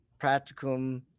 practicum